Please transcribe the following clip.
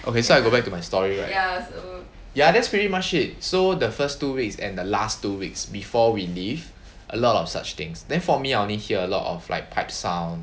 okay so I'll go back to my story right ya that's pretty much it saw the first two weeks and the last two weeks before we leave a lot of such things then for me I only hear a lot of like pipe sound